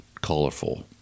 colorful